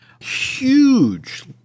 Huge